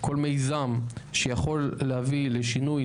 כל מיזם שיכול להביא לשינוי,